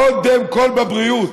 קודם כול בבריאות.